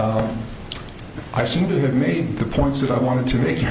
i seem to have made the points that i wanted to make